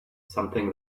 something